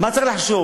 מה צריך לחשוב?